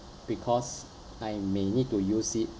because I may need to use it